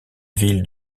ville